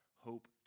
hope